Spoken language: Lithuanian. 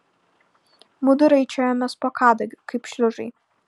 mudu raičiojomės po kadugiu kaip šliužai